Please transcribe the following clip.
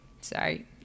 Sorry